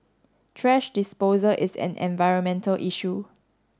thrash disposal is an environmental issue